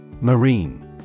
Marine